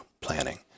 planning